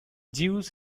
zeus